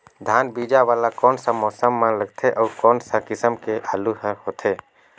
धान बीजा वाला कोन सा मौसम म लगथे अउ कोन सा किसम के आलू हर होथे?